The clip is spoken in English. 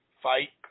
fight